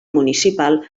municipal